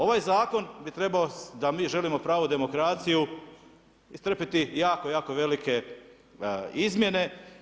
Ovaj zakon bi trebao da mi želimo pravu demokraciju istrpiti jako, jako velike izmjene.